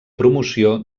promoció